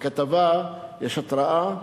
בכתבה יש התרעה,